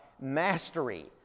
mastery